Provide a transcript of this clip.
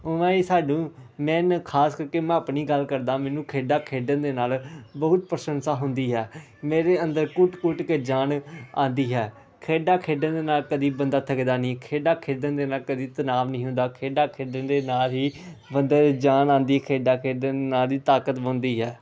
ਉਵੇਂ ਹੀ ਸਾਨੂੰ ਮੇਨ ਖ਼ਾਸ ਕਰਕੇ ਮੈਂ ਆਪਣੀ ਗੱਲ ਕਰਦਾ ਮੈਨੂੰ ਖੇਡਾਂ ਖੇਡਣ ਦੇ ਨਾਲ ਬਹੁਤ ਪ੍ਰਸ਼ੰਸਾ ਹੁੰਦੀ ਹੈ ਮੇਰੇ ਅੰਦਰ ਕੁੱਟ ਕੁੱਟ ਕੇ ਜਾਨ ਆਉਂਦੀ ਹੈ ਖੇਡਾਂ ਖੇਡਣ ਦੇ ਨਾਲ ਕਦੇ ਬੰਦਾ ਥੱਕਦਾ ਨਹੀਂ ਖੇਡਾਂ ਖੇਡਣ ਦੇ ਨਾਲ ਕਦੇ ਤਨਾਅ ਨਹੀਂ ਹੁੰਦਾ ਖੇਡਾਂ ਖੇਡਣ ਦੇ ਨਾਲ ਹੀ ਬੰਦੇ ਦੇ ਜਾਨ ਆਉਂਦੀ ਖੇਡਾਂ ਖੇਡਣ ਨਾਲ ਹੀ ਤਾਕਤ ਬਣਦੀ ਹੈ